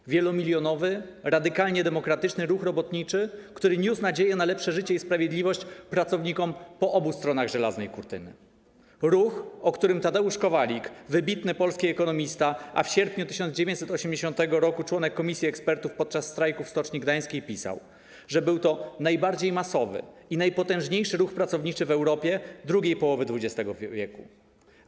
To wielomilionowy, radykalnie demokratyczny ruch robotniczy, który niósł nadzieję na lepsze życie i sprawiedliwość pracownikom po obu stronach żelaznej kurtyny; ruch, o którym Tadeusz Kowalik, wybitny polski ekonomista, a w sierpniu 1980 r. członek komisji ekspertów podczas strajku w Stoczni Gdańskiej, pisał, że był to najbardziej masowy i najpotężniejszy ruch pracowniczy w Europie drugiej połowy XX w.